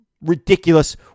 ridiculous